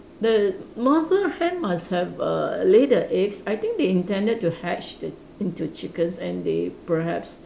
the mother hen must have err lay the eggs I think they intended to hatch the into chickens and they perhaps